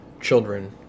children